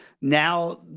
now